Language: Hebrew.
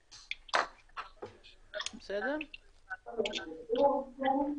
כפי שדווח קודם,